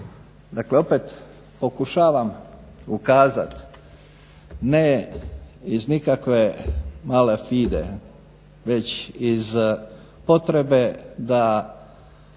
Dakle opet pokušavam ukazati ne iz nikakve male fide već iz potrebe da